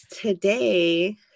today